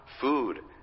food